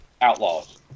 outlaws